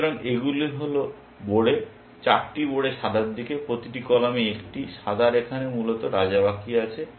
সুতরাং এগুলি হল বোড়ে 8টি বোড়ে সাদার দিকে প্রতিটি কলামে একটি এবং সাদার এখানে মূলত রাজা বাকি আছে